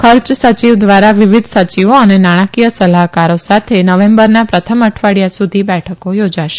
ખર્ય સચિવ દ્વારા વિવિધ સચિવો અને નાણાંકીય સલાહકારો સાથે નવેમ્બરના પ્રથમ અઠવાડીયા સુધી બેઠકો યોજાશે